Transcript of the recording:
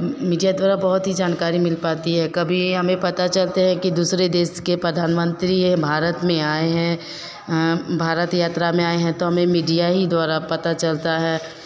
media द्वारा बहुत ही जानकारी मिल पाती है कभी हमें पता चलते हैं कि दूसरे देश के प्रधान मंत्री हैं भारत में आए हैं भारत यात्रा में आए हैं तो हमें मीडिया ही द्वारा पता चलता है